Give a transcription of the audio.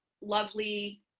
lovely